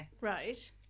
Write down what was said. Right